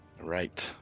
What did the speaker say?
Right